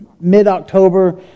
mid-october